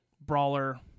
brawler